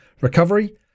recovery